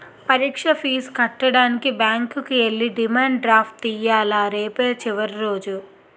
పరీక్ష ఫీజు కట్టడానికి బ్యాంకుకి ఎల్లి డిమాండ్ డ్రాఫ్ట్ తియ్యాల రేపే చివరి రోజు